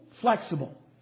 flexible